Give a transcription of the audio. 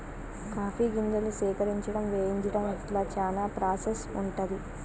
coffee గింజలు సేకరించడం వేయించడం ఇట్లా చానా ప్రాసెస్ ఉంటది